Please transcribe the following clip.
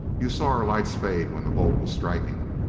you saw our lights fade when the bolt was striking?